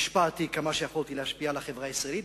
השפעתי כמה שיכולתי להשפיע על החברה הישראלית.